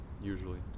Usually